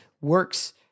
works